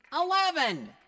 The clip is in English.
eleven